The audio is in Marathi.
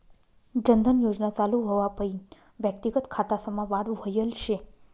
जन धन योजना चालू व्हवापईन व्यक्तिगत खातासमा वाढ व्हयल शे